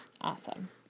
Awesome